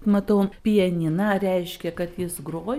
matau pianiną reiškia kad jis grojo